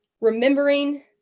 Remembering